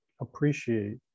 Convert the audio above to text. appreciate